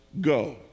go